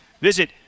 visit